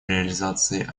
реализации